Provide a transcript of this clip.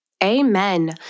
Amen